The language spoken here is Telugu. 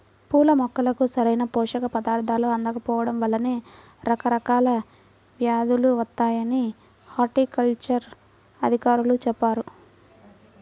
పూల మొక్కలకు సరైన పోషక పదార్థాలు అందకపోడం వల్లనే రకరకాల వ్యేదులు వత్తాయని హార్టికల్చర్ అధికారులు చెప్పారు